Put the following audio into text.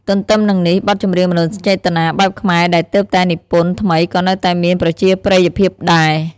ទន្ទឹមនឹងនេះ បទចម្រៀងមនោសញ្ចេតនាបែបខ្មែរដែលទើបតែនិពន្ធថ្មីក៏នៅតែមានប្រជាប្រិយភាពដែរ។